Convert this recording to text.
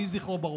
יהיה זכרו ברוך.